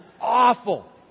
awful